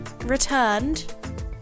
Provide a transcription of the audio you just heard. returned